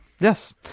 Yes